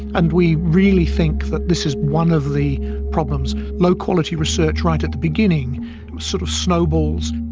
and we really think that this is one of the problems low quality research right at the beginning sort of snowballs.